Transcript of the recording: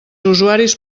usuaris